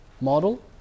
model